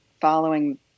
following